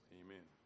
amen